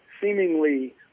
seemingly